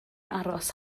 aros